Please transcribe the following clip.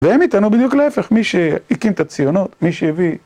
והם איתנו בדיוק להפך, מי שהקים את הציונות, מי שהביא.